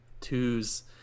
twos